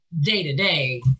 day-to-day